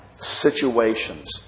situations